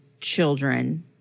children